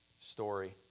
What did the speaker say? story